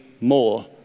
more